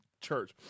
church